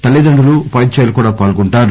తల్లిదండ్రు లు ఉపాధ్యాయులు కూడా పాల్గొంటారు